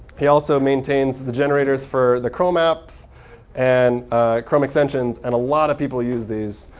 he also maintains the generators for the chrome apps and chrome extensions. and a lot of people use these.